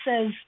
says